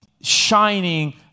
shining